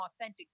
authentic